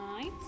Nice